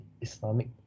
islamic